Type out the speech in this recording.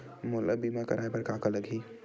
मोला बीमा कराये बर का का लगही?